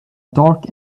dark